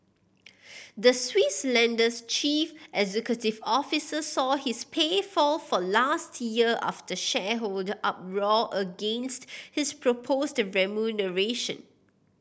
the Swiss lender's chief executive officer saw his pay fall for last year after shareholder uproar against his proposed remuneration